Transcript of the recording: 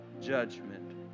judgment